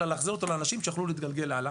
אלא להחזיר אותו לאנשים שיוכלו להתגלגל הלאה.